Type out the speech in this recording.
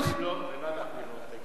מה מאחלים לו, תגיד.